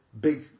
big